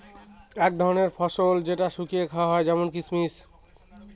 এক ধরনের ফল যেটা শুকিয়ে খাওয়া হয় যেমন কিসমিস